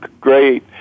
great